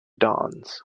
dawns